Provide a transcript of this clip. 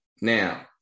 Now